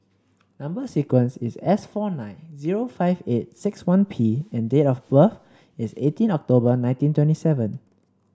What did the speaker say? number sequence is S four nine zero five eight six one P and date of birth is eighteen October nineteen twenty seven